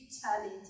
challenge